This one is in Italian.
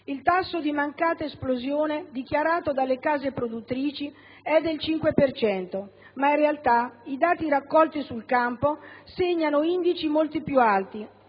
Il tasso di mancata esplosione dichiarato dalle case produttrici è del 5 per cento, ma in realtà i dati raccolti sul campo segnano indici molto più alti,